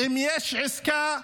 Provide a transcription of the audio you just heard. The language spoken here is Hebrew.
אם יש עסקה,